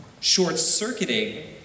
short-circuiting